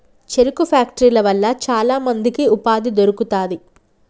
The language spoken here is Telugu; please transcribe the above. చెరుకు ఫ్యాక్టరీల వల్ల చాల మందికి ఉపాధి దొరుకుతాంది